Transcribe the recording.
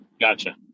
Gotcha